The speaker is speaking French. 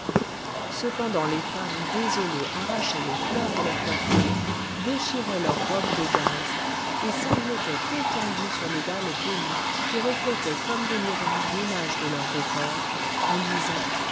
cependant les femmes désolées arrachaient les fleurs de leur coiffure déchiraient leurs robes de gaze et sanglotaient étendues sur les dalles polies qui reflétaient comme des miroirs l'image de leurs beaux corps en disant